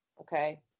okay